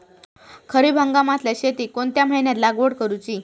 खरीप हंगामातल्या शेतीक कोणत्या महिन्यात लागवड करूची?